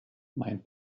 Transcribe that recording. mein